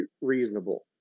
reasonable